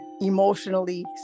emotionally